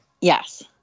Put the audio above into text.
Yes